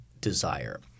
desire